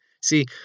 See